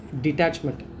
detachment